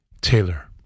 Taylor